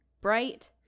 Bright